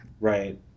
Right